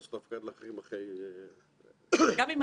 קודם כול, זו פרידה.